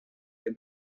alle